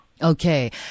Okay